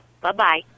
Bye-bye